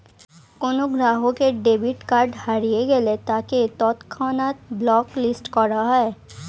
কোনো গ্রাহকের debit card হারিয়ে গেলে তাকে তৎক্ষণাৎ ব্লক লিস্ট করা হয়